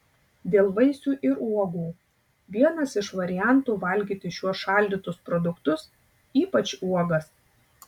dėl vaisių ir uogų vienas iš variantų valgyti šiuos šaldytus produktus ypač uogas